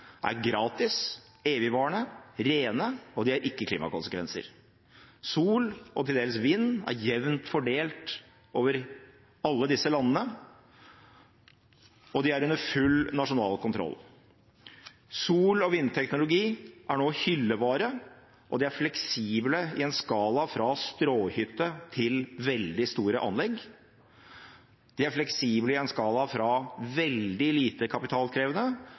er gratis, evigvarende, rene, og de har ikke klimakonsekvenser. Sol og til dels vind er jevnt fordelt over alle disse landene, og de er under full nasjonal kontroll. Solteknologi og vindteknologi er nå hyllevare, og de er fleksible i en skala fra stråhytte til veldig store anlegg. De er fleksible i en skala fra veldig lite kapitalkrevende